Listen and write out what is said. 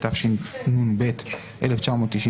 התשנ''ב 1992,